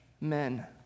men